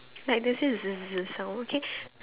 like they say sound okay